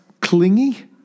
clingy